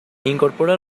incorpora